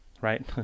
right